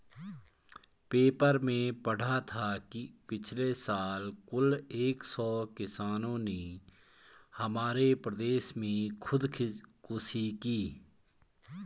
paper में पढ़ा था कि पिछले साल कुल एक सौ किसानों ने हमारे प्रदेश में खुदकुशी की